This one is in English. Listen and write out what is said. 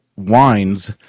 wines